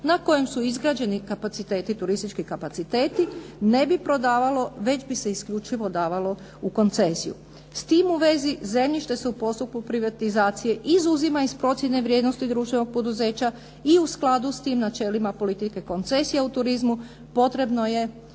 na kojem su izgrađeni turistički kapaciteti ne bi prodavalo već bi se isključivo davalo u koncesiju. S tim u vezi zemljište se u postupku privatizacije izuzima iz procjene vrijednosti društvenog poduzeća i u skladu s tim načelima politike koncesija u turizmu potrebno je